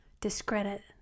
discredit